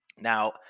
Now